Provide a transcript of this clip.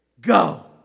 go